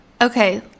Okay